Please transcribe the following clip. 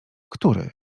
który